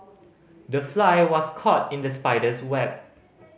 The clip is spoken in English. the fly was caught in the spider's web